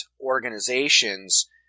organizations